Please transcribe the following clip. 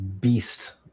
beast